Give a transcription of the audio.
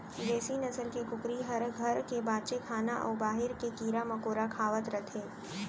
देसी नसल के कुकरी हर घर के बांचे खाना अउ बाहिर के कीरा मकोड़ा खावत रथे